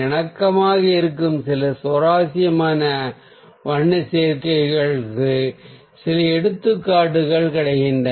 இணக்கமாக இருக்கும் சில சுவாரஸ்யமான வண்ண சேர்க்கைகளுக்கு சில எடுத்துக்காட்டுகள் கிடைத்தன